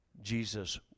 Jesus